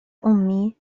أمي